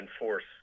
enforce